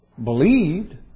Believed